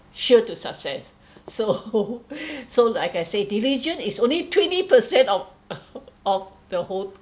sure to succeed so so like I said diligence is only twenty percent of of the whole